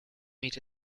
meet